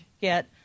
get